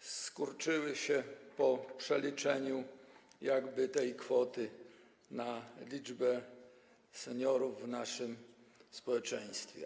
skurczyły się po przeliczeniu tej kwoty na liczbę seniorów w naszym społeczeństwie.